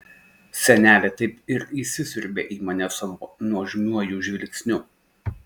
senelė taip ir įsisiurbė į mane savo nuožmiuoju žvilgsniu